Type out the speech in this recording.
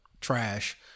trash